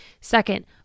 Second